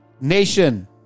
Nation